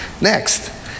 Next